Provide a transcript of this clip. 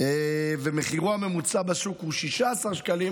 ומחירו הממוצע בשוק הוא 16 שקלים,